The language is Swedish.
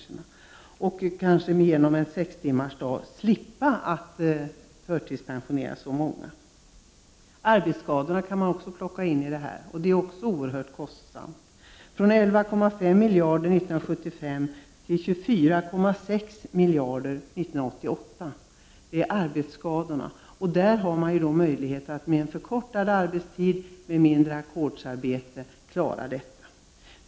Kanske kunde man vid ett genomförande av sextimmarsdagen slippa att förtidspensionera så många. Också arbetsskadorna kan man ta upp i detta sammanhang. Även de är oerhört kostsamma. Kostnaden har stigit från 11,5 miljarder år 1975 till 24,6 miljarder år 1988. Man skulle genom en förkortad arbetstid och mindre ackordsarbete kunna minska arbetsskadorna.